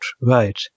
right